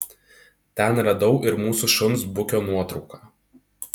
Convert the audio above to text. ten radau ir mūsų šuns bukio nuotrauką